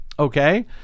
Okay